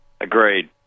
Agreed